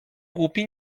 głupi